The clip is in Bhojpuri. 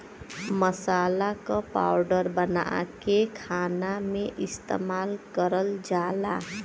मसाला क पाउडर बनाके खाना में इस्तेमाल करल जाला